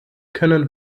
können